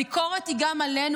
הביקורת היא גם עלינו,